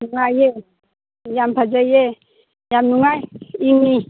ꯅꯨꯡꯉꯥꯏꯌꯦ ꯌꯥꯝ ꯐꯖꯩꯌꯦ ꯌꯥꯝ ꯅꯨꯡꯉꯥꯏ ꯏꯪꯉꯤ